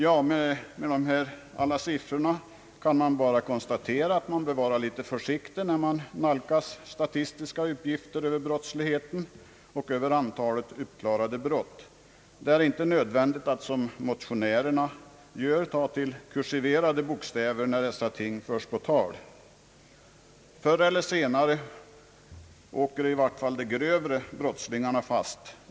Jag har med alla dessa siffror bara velat konstatera att man bör vara litet försiktig, när man nalkas statistiska uppgifter över brottsligheten och över antalet uppklarade brott. Det är inte nödvändigt att som motionärerna ta till kursiverade bokstäver, när dessa ting förs på tal. Förr eller senare åker i vart fall de grövre brottslingarna fast.